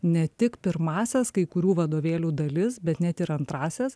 ne tik pirmąsias kai kurių vadovėlių dalis bet net ir antrąsias